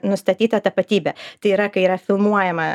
nustatyta tapatybė tai yra kai yra filmuojama